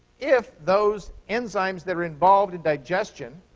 if those enzymes that are involved in digestion